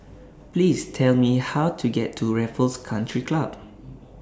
Please Tell Me How to get to Raffles Country Club